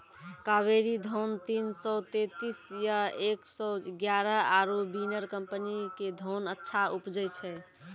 कावेरी धान तीन सौ तेंतीस या एक सौ एगारह आरु बिनर कम्पनी के धान अच्छा उपजै छै?